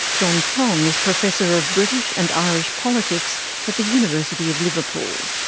jon tonge is professor of british and irish politics at the university of liverpool.